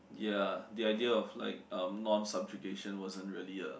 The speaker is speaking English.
ya the idea of like uh non subjugation wasn't really a